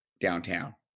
downtown